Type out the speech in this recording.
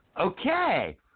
Okay